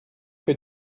que